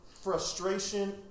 frustration